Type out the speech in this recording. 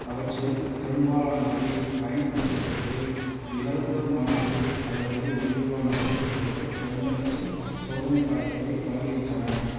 அவற்றில் பெரும்பாலானவை பயன்படுத்துவதற்கு இலவசமானவை அல்லது மலிவானவை அல்லது குறைந்தபட்சம் சோதனைக் காலத்தை வழங்குகின்றன